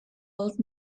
old